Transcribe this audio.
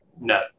No